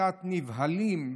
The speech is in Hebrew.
שקצת נבהלים,